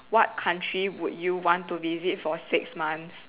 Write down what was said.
what country would you want to visit for six months